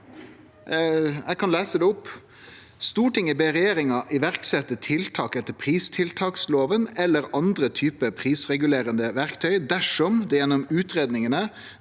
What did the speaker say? Eg kan lese det opp: «Stortinget ber regjeringen iverksette tiltak etter pristiltaksloven, eller andre typer prisregulerende verktøy, dersom det gjennom utredningene